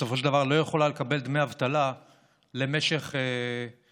בסופו של דבר לא יכולה לקבל דמי אבטלה למשך 15